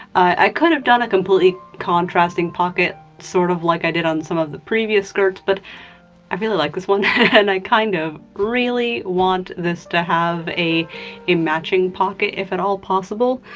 i could have done a completely contrasting pocket, sort of like i did on some of the previous skirts, but i really like this one and i kind of really want this to have a a matching pocket, if at all possible,